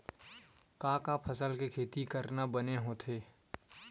का का फसल के खेती करना बने होथे?